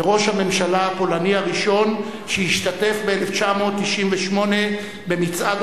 וראש הממשלה הפולני הראשון שהשתתף ב-1998 ב"מצעד